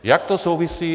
Jak to souvisí?